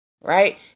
right